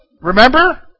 Remember